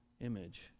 image